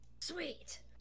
sweet